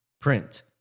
Print